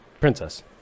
princess